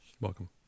Welcome